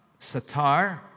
Satar